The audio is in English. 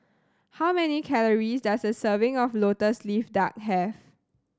how many calories does a serving of Lotus Leaf Duck have